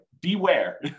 beware